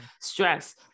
stress